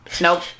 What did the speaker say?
Nope